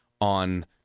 on